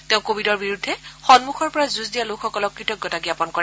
তেওঁ কোৱিডৰ বিৰুদ্ধে সন্মুখৰ পৰা যুঁজ দিয়া লোকসকলক কৃতজ্ঞতা জাপন কৰে